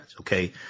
okay